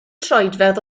troedfedd